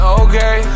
okay